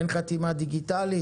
אין חתימה דיגיטלית?